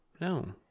no